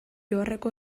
joarreko